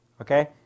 okay